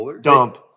dump